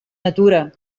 natura